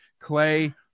clay